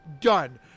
done